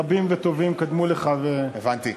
רבים וטובים קדמו לך, הבנתי.